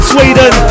Sweden